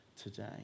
today